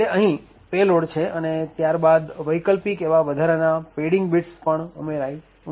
છેલ્લે અહીં પેલોડ છે અને ત્યારબાદ વૈકલ્પિક એવા વધારાના પેડીંગ બીટ્સ પણ ઉમેરાય શકે છે